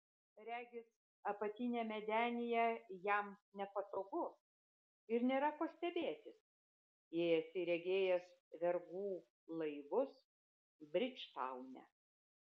regis apatiniame denyje jam nepatogu ir nėra ko stebėtis jei esi regėjęs vergų laivus bridžtaune